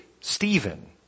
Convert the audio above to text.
Stephen